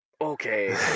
okay